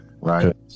Right